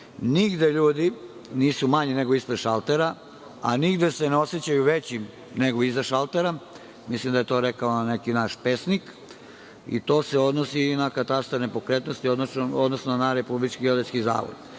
ljudi nisu manji nego ispred šaltera, a nigde se ne osećaju većim nego iza šaltera. Mislim da je to rekao neki naš pesnik i to se odnosi i na katastar nepokretnosti, odnosno Republički geodetski zavod. Slažem